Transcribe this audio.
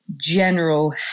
general